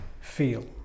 feel